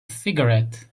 cigarette